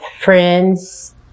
friends